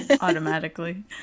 automatically